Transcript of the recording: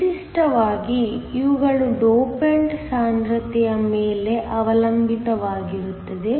ವಿಶಿಷ್ಟವಾಗಿ ಇವುಗಳು ಡೋಪಾಂಟ್ ಸಾಂದ್ರತೆಯ ಮೇಲೆ ಅವಲಂಬಿತವಾಗಿರುತ್ತದೆ